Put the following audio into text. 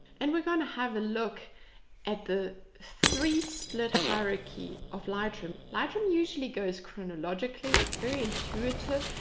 and we're going to have a look at the three split hierarchy of lightroom. lightroom usually goes chronologically. it's very intuitive.